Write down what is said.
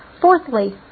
fourthly